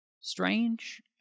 strange